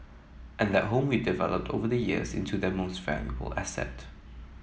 and that home we developed over the years into their most valuable asset